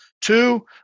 Two